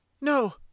No